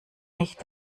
nicht